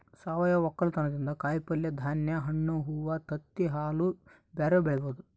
ಸಾವಯವ ವಕ್ಕಲತನದಿಂದ ಕಾಯಿಪಲ್ಯೆ, ಧಾನ್ಯ, ಹಣ್ಣು, ಹೂವ್ವ, ತತ್ತಿ, ಹಾಲು ಬ್ಯೆರೆವು ಬೆಳಿಬೊದು